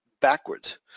backwards